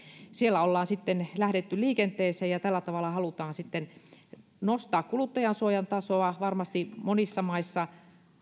siellä ollaan lähdetty liikenteeseen ja tällä tavalla halutaan nostaa kuluttajansuojan tasoa varmasti monissa maissa